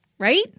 right